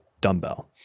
dumbbell